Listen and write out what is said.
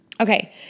Okay